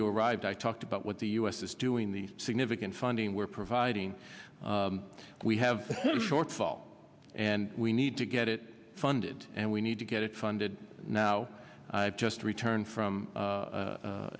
you arrived i talked about what the u s is doing the significant funding we're providing we have shortfall and we need to get it funded and we need to get it funded now i've just returned from